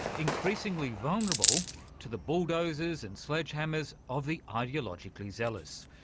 increasingly vulnerable to the bulldozers and sledge-hammers of the ideologically zealous.